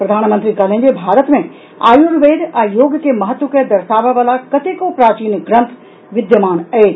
प्रधानमंत्री कहलनि जे भारत मे आयुर्वेद आ योग के महत्व के दर्शाबऽ वला कतेको प्राचीन ग्रंथ विद्यमान अछि